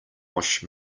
wash